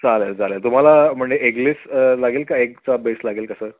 चालेल चालेल तुम्हाला म्हणजे एगलस लागेल का एगचा बेस लागेल कसं